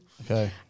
Okay